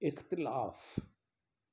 इख़्तिलाफ़ु